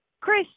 Chris